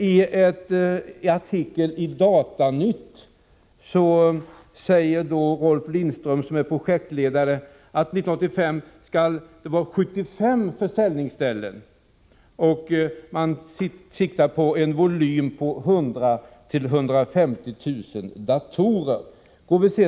I en artikel i Data-Nytt uppger Rolf Lindström, som är projektledare, att det 1985 skall finnas 75 försäljningsställen och att man siktar på en volym på 100 000-150 000 datorer.